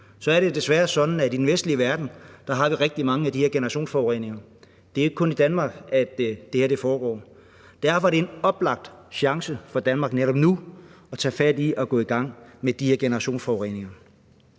og det er desværre sådan, at vi i den vestlige verden har rigtig mange af de her generationsforureninger. Det er jo ikke kun i Danmark, at det her foregår. Derfor er det en oplagt chance for Danmark netop nu at tage fat i at gå i gang med de her generationsforureninger.